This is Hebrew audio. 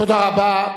תודה רבה.